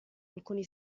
alcuni